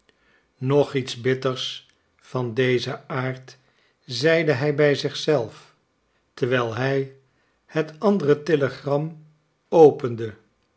nog iets bitters van dezen aard zeide hij bij zich zelf terwijl hij het andere telegram opende